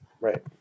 Right